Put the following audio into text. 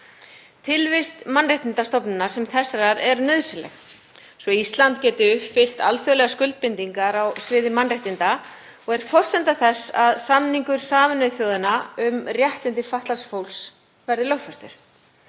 Tilvist mannréttindastofnunar sem þessarar er nauðsynleg svo að Ísland geti uppfyllt alþjóðlegar skuldbindingar á sviði mannréttinda og er forsenda þess að samningur Sameinuðu þjóðanna um réttindi fatlaðs fólks verði lögfestur.